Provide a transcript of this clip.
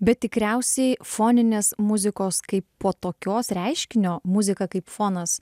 bet tikriausiai foninės muzikos kaipo tokios reiškinio muzika kaip fonas